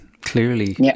Clearly